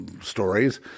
stories